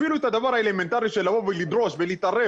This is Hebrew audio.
אפילו את הדבר האלמנטרי של לבוא ולדרוש ולהתערב